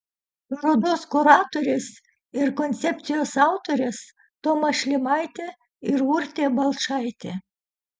parodos kuratorės ir koncepcijos autorės toma šlimaitė ir urtė balčaitė